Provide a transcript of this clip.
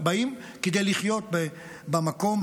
באים כדי לחיות במקום,